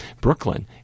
Brooklyn